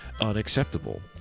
unacceptable